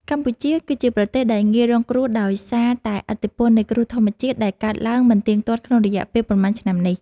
កម្ពុជាគឺជាប្រទេសដែលងាយរងគ្រោះដោយសារតែឥទ្ធិពលនៃគ្រោះធម្មជាតិដែលកើតឡើងមិនទៀងទាត់ក្នុងរយៈពេលប៉ុន្មានឆ្នាំនេះ។